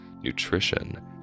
nutrition